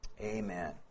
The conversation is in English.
Amen